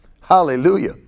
Hallelujah